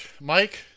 Mike